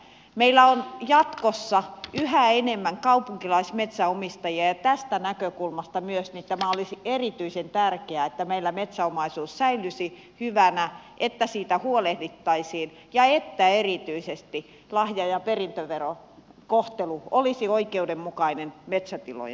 meillä on jatkossa yhä enemmän kaupunkilaismetsänomistajia ja tästä näkökulmasta myös tämä olisi erityisen tärkeää että meillä metsäomaisuus säilyisi hyvänä että siitä huolehdittaisiin ja että erityisesti lahja ja perintöverokohtelu olisi oikeudenmukainen metsätilojen osalta